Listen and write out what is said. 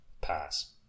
Pass